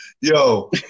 Yo